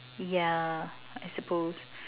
yeah I suppose